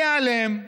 ייעלם,